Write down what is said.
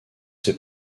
ses